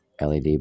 LED